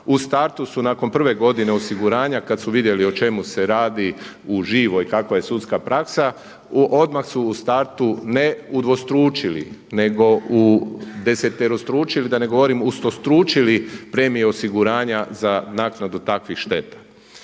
U startu su nakon prve godine osiguranja kada su vidjeli o čemu se radi u živo i kakva je sudska praksa, odmah su u startu ne udvostručili nego udeseterostručili, da ne govorim utrostručili premije osiguranja za naknadu takvih šteta.